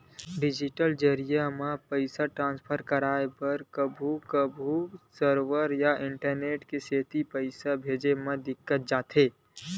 digital जरिए म पइसा ट्रांसफर करबे त कभू कभू सरवर या इंटरनेट के सेती पइसा भेजे म दिक्कत जाथे